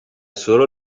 solo